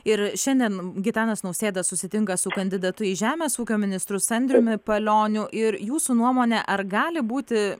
ir šiandien gitanas nausėda susitinka su kandidatu į žemės ūkio ministrus andriumi palioniu ir jūsų nuomone ar gali būti